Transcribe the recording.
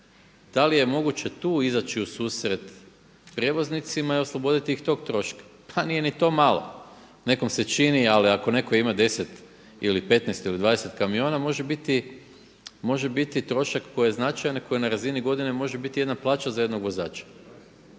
da li je tu moguće izaći u susret prijevoznicima i osloboditi ih tog troška. Pa nije ni to malo. Nekom se čini, ali ako netko ima 10 ili 15, 20 kamiona može biti trošak koji je značajan, koji na razini godine može biti jedna plaća za jednog vozača.